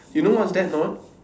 you know what's that or not